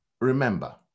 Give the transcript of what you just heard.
remember